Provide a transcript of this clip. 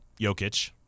Jokic